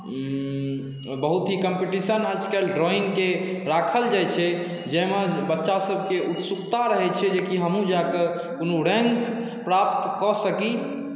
बहुत ही कॉम्पटिशन आजकल ड्राइङ्गके राखल जाइ छै जाहिमे बच्चासबके उत्सुकता रहै छै जेकि हमहूँ जाकऽ कोनो रैङ्क प्राप्त कऽ सकी